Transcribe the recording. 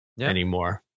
anymore